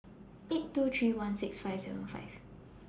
eight two three one six five seven five